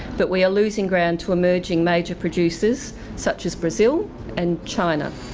but we are losing ground to emerging major producers such as brazil and china.